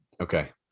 okay